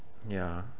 ya